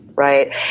Right